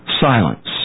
silence